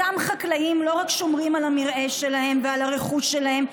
אותם חקלאים לא רק שומרים על המרעה שלהם ועל הרכוש שלהם,